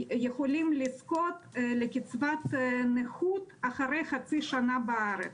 לזכות בקצבת נכות אחרי חצי שנה בארץ.